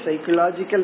psychological